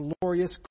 glorious